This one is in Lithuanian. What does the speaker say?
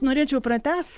norėčiau pratęst